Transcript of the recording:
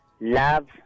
love